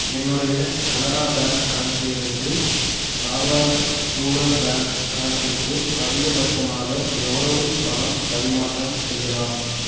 என்னுடைய கனரா பேங்க் கணக்கிலிருந்து Nagaland rural bank கணக்கிற்கு அதிகபட்சமாக எவ்வளவு பணம் பரிமாற்றம் செய்யலாம்